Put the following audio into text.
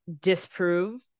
disprove